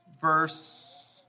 verse